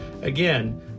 Again